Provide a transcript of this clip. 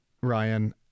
Ryan